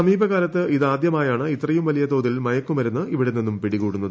സമീപകാലത്ത് ഇതാദ്യമായാണ് ഇത്രയും വലിയ തോതിൽ മയക്കുമരുന്ന് ഇവിടെ നിന്നും പിടിക്കൂടുന്നത്